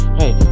hey